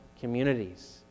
communities